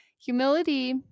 Humility